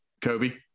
Kobe